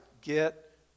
Get